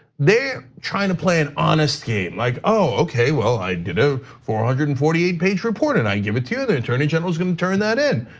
they're trying to play an honest game, like okay, well, i did a four hundred and forty eight page report, and i gave it to you. the attorney general's gonna turn that in.